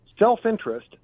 self-interest